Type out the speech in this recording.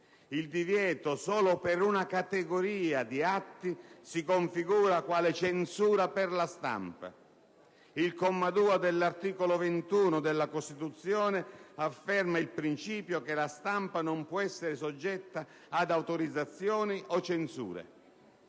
il divieto solo per una categoria di atti si configura quale censura per la stampa. Il comma 2 dell'articolo 21 della Costituzione afferma il principio per il quale «La stampa non può essere soggetta ad autorizzazioni o censure».